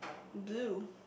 blue